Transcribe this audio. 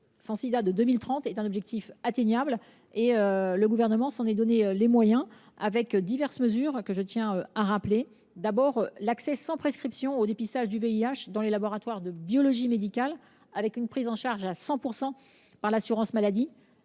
en 2030 est atteignable. Le Gouvernement s’en est donné les moyens avec diverses mesures. Je tiens notamment à rappeler l’accès sans prescription au dépistage du VIH dans les laboratoires de biologie médicale, avec une prise en charge à 100 % par l’assurance maladie.